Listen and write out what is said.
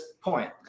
point